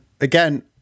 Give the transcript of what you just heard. again